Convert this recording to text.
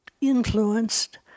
influenced